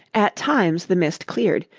at times the mist cleared,